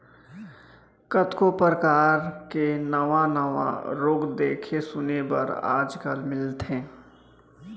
कतको परकार के नावा नावा रोग देखे सुने बर आज काल मिलथे